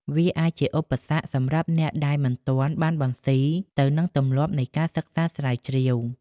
វាអាចជាឧបសគ្គសម្រាប់អ្នកដែលមិនទាន់បានបន្ស៊ីទៅនឹងទម្លាប់នៃការសិក្សាស្រាវជ្រាវ។